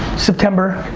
september.